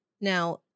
Now